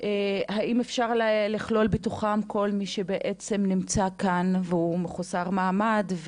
האם אפשר לכלול בתוכם את כל מי שנמצא כאן בעצם והוא מחוסר מעמד?